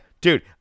dude